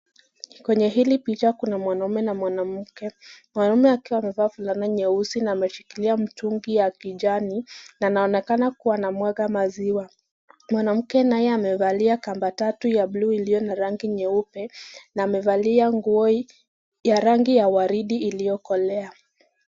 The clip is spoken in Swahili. Kwenye hili picha kuna mwanamume na mwanamke. Mwanamume akiwa amevaa fulana nyeusi na ameshikilia mtungi ya kijani anaonekana kuwa anamwaga mazia. Mwanamke naye amevalia kamba tatu ya buluu iliyo na rangi nyeupe na amevalia nguo ya rangi ya waridi iliyokolea.